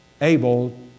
able